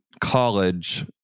college